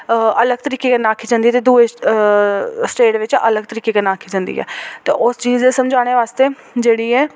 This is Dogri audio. अलग तरीके कन्नै आखी जंदी ते दूऐ अ स्टेट बिच अलग तरीके कन्नै आखी जंदी ऐ ते उस चीज़ गी समझाने बास्तै जेह्ड़ी ऐ